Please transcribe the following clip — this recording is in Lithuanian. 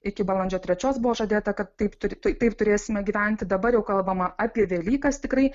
iki balandžio trečios buvo žadėta kad taip taip turėsime gyventi dabar jau kalbama apie velykas tikrai